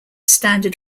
standard